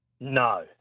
no